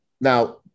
Now